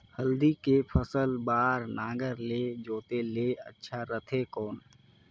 हल्दी के फसल बार नागर ले जोते ले अच्छा रथे कौन?